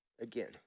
again